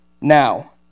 now